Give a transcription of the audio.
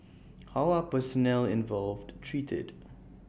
how are personnel involved treated